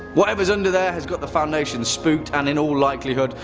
whatever's under there has got the foundation spooked and in all likelihood,